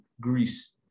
Greece